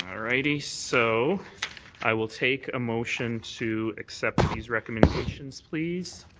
righty. so i will take motion to accept these recommendations, please.